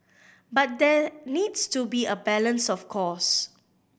but there needs to be a balance of course